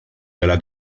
della